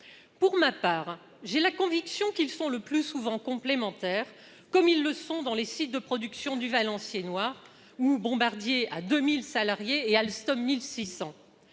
Pour ma part, j'ai la conviction qu'ils sont le plus souvent complémentaires, comme sur les sites de production du Valenciennois, où Bombardier a 2 000 salariés et Alstom, 1 600.